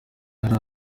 yari